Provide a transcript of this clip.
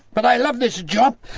but i love this job!